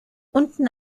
unten